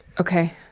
Okay